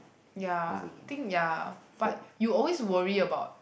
ya think ya but you always worry about